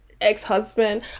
ex-husband